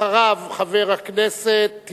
חבר הכנסת גדעון עזרא.